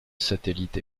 satellite